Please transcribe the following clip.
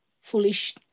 foolish